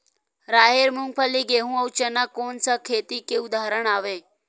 राहेर, मूंगफली, गेहूं, अउ चना कोन सा खेती के उदाहरण आवे?